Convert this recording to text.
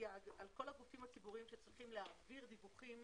סייג על כל הגופים הציבוריים שצריכים להעביר דיווחים